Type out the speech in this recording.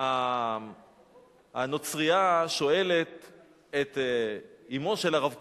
הנוצרייה את אמו של הרב קוק,